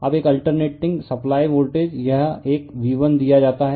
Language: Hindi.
अब एक अल्टरनेटिंग सप्लाई वोल्टेज यह एक V1 दिया जाता है